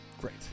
Great